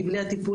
כי בלי הטיפול,